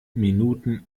minuten